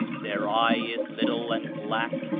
their eye is little and black,